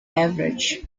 average